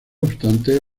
obstante